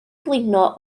blino